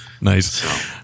nice